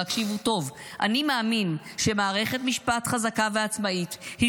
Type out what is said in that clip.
והקשיבו טוב: "אני מאמין שמערכת משפט חזקה ועצמאית היא